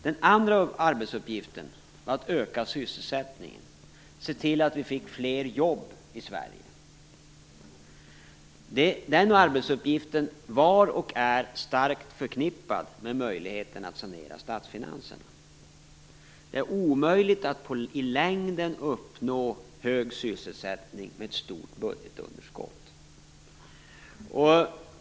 Den andra arbetsuppgiften var att öka sysselsättningen, se till att vi fick fler jobb i Sverige. Den arbetsuppgiften var och är starkt förknippad med möjligheten att sanera statsfinanserna. Det är omöjligt att i längden uppnå hög sysselsättning med ett stort budgetunderskott.